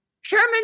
Sherman